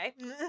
Okay